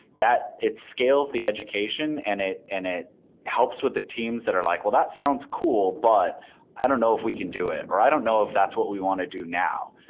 that it scales the education and it and it helps with the teams that are like, well, that sounds cool, but i don't know if we can do it, or i don't know if that's what we want to do now,